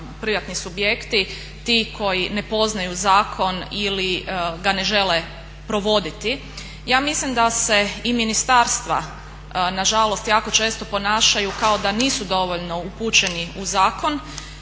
privatni subjekti ti koji ne poznaju zakon ili ga ne žele provoditi. Ja mislim da se i ministarstva na žalost jako teško ponašaju kao da nisu dovoljno upućeni u zakon.